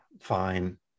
fine